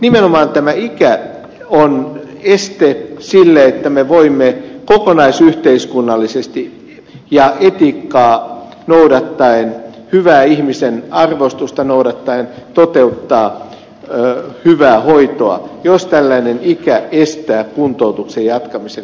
nimenomaan ikä on este sille että me voimme kokonaisyhteiskunnallisesti ja etiikkaa noudattaen hyvää ihmisen arvostusta noudattaen toteuttaa hyvää hoitoa jos tällainen ikä estää kuntoutuksen jatkamisen